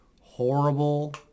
horrible